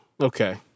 Okay